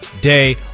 day